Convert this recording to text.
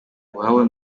iwabo